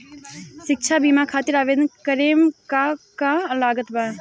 शिक्षा बीमा खातिर आवेदन करे म का का लागत बा?